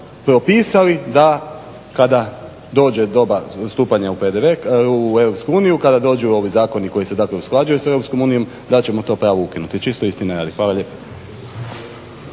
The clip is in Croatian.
propisali da kada dođe doba stupanja u PDV, u EU, kada dođu ovi zakoni koji se dakle usklađuju sa EU, da ćemo to pravo ukinuti čisto istine radi. Hvala lijepo.